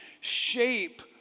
shape